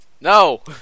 No